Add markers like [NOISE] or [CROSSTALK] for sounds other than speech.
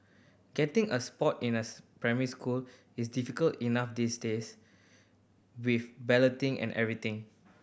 getting a spot in a [UNINTELLIGIBLE] primary school is difficult enough these days with balloting and everything